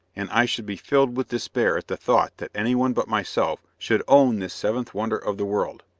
and i should be filled with despair at the thought that anyone but myself should own this seventh wonder of the world.